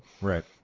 Right